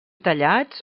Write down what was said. tallats